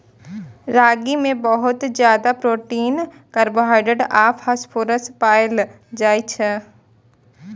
रागी मे बहुत ज्यादा प्रोटीन, कार्बोहाइड्रेट आ फास्फोरस पाएल जाइ छै